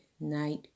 night